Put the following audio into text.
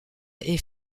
est